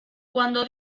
cuando